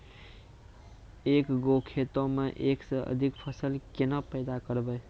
एक गो खेतो मे एक से अधिक फसल केना पैदा करबै?